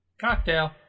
Cocktail